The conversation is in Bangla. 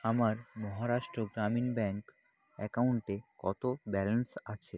আমার মহারাষ্ট্র গ্রামীণ ব্যাংক অ্যাকাউন্টে কত ব্যালেন্স আছে